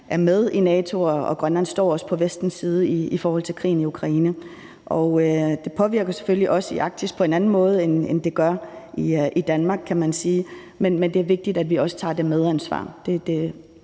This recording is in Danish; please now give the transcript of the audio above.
er med i NATO, og Grønland står også på Vestens side i forhold til krigen i Ukraine. Og det påvirker os i Arktis selvfølgelig på en anden måde, end det gør i Danmark, kan man sige, men det er også vigtigt, at vi tager det medansvar.